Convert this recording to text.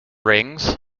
rings